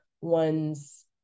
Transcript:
one's